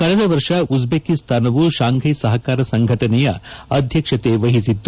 ಕಳೆದ ವರ್ಷ ಉಜ್ಜೇಕಿಸ್ತಾನವು ಶಾಂಘೈ ಸಹಕಾರ ಸಂಘಟನೆಯ ಅಧ್ಯಕ್ಷತೆ ವಹಿಸಿತ್ತು